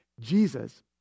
Jesus